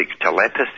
telepathy